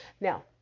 Now